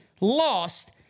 lost